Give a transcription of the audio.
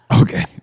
Okay